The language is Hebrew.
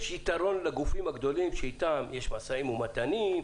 יש יתרון לגופים הגדולים שאתם יש משאים ומתנים,